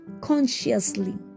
consciously